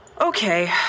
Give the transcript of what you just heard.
Okay